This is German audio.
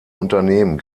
unternehmen